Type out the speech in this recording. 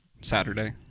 Saturday